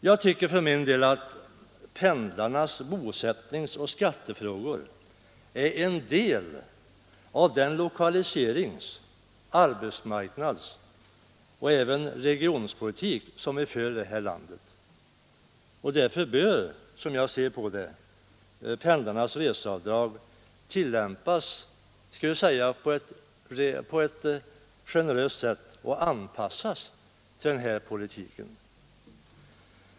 Jag tycker för min del att pendlarnas bosättningsoch skattefrågor är en del av den lokaliserings-, arbetsmarknadsoch även regionalpolitik som vi för i det här landet. Därför bör, som jag ser på det, reglerna om pendlarnas reseavdrag tillämpas på ett generöst sätt och anpassas till den här politiken.